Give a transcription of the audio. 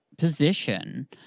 position